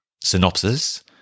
synopsis